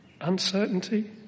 uncertainty